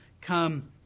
come